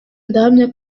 ndahamya